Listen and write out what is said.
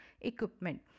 equipment